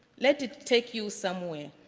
let it take you somewhere.